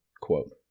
Quote